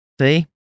see